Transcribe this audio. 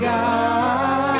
God